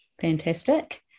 Fantastic